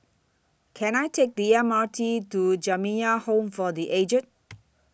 Can I Take The M R T to Jamiyah Home For The Aged